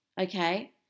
Okay